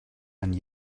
and